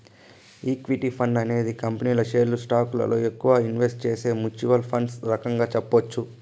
equity fund అనేది కంపెనీల షేర్లు స్టాకులలో ఎక్కువగా ఇన్వెస్ట్ చేసే మ్యూచ్వల్ ఫండ్ రకంగా చెప్పొచ్చు